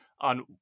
on